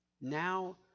now